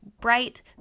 bright